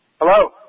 Hello